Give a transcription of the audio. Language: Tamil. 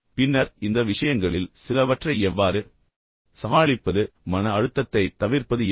பின்னர் இந்த விஷயங்களில் சிலவற்றை எவ்வாறு சமாளிப்பது மன அழுத்தத்தைத் தவிர்ப்பது எப்படி